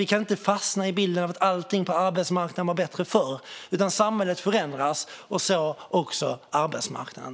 Vi kan inte fastna i bilden att allting på arbetsmarknaden var bättre förr, utan samhället förändras, och så också arbetsmarknaden.